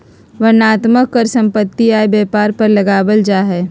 वर्णनात्मक कर सम्पत्ति, आय, व्यापार पर लगावल जा हय